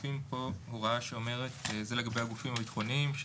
זה לגבי הגופים הביטחוניים,